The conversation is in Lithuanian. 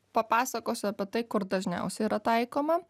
papasakosiu apie tai kur dažniausiai yra taikoma